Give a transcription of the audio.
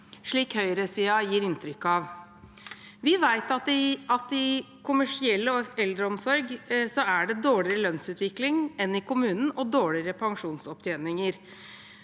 slik høyresiden gir inntrykk av. Vi vet at i kommersiell eldreomsorg er det dårligere lønnsutvikling enn i kommunen, og dårligere pensjonsopptjening.